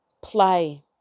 Play